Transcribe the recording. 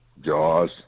Jaws